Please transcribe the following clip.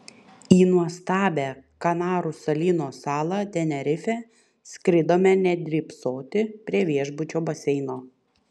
į nuostabią kanarų salyno salą tenerifę skridome ne drybsoti prie viešbučio baseino